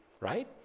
Right